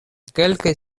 kelkaj